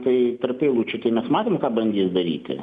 tai tarp eilučių tai mes matom ką bandys daryti